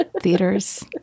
Theaters